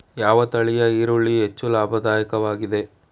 ಯಾವ ತಳಿಯ ಈರುಳ್ಳಿ ಹೆಚ್ಚು ಲಾಭದಾಯಕವಾಗಿದೆ?